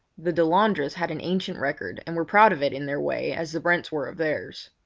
the delandres had an ancient record and were proud of it in their way as the brents were of theirs.